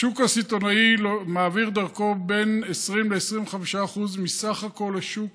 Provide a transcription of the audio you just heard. השוק הסיטונאי מעביר דרכו בין 20% ל-25% מסך כל השוק